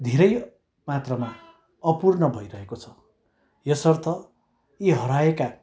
धेरै मात्रामा अपूर्ण भइरहेको छ यसर्थ यी हराएका